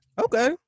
Okay